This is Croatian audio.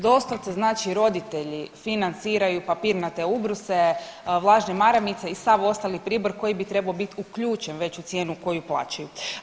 Doslovce znači roditelji financiraju papirnate ubruse, vlažne maramice i sav ostali pribor koji bi trebao biti uključen već u cijenu koju plaćaju.